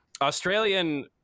Australian